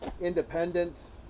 Independence